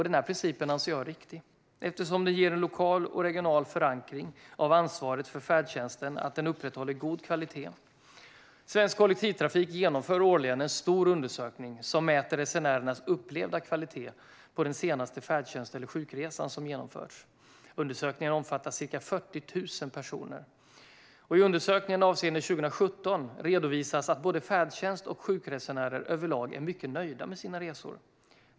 Denna princip anser jag är riktig, eftersom den ger en lokal och regional förankring av ansvaret för att färdtjänsten upprätthåller en god kvalitet. Svensk Kollektivtrafik genomför årligen en stor undersökning som mäter resenärernas upplevda kvalitet på den senaste färdtjänst eller sjukresan som genomförts. Undersökningen omfattar ca 40 000 personer. I undersökningen avseende år 2017 redovisas att både färdtjänst och sjukresenärer överlag är mycket nöjda med sina resor.